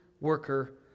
worker